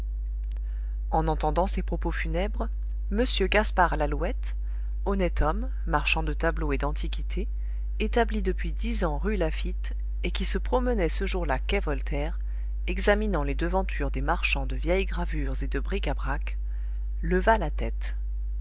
en entendant ces propos funèbres m gaspard lalouette honnête homme marchand de tableaux et d'antiquités établi depuis dix ans rue laffitte et qui se promenait ce jour-là quai voltaire examinant les devantures des marchands de vieilles gravures et de bric à brac leva la tête